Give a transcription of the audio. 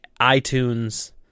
iTunes